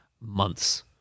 months